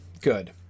good